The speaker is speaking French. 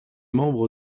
membre